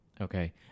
okay